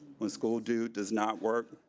when school do does not work,